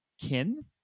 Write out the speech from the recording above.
kin